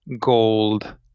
gold